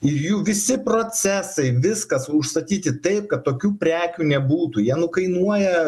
ir jų visi procesai viskas užstatyti taip kad tokių prekių nebūtų jie nukainuoja